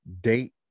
date